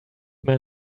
man